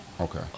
Okay